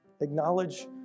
Acknowledge